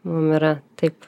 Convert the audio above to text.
mum yra taip